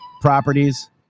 properties